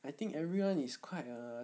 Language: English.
I think everyone is quite err